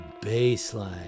Baseline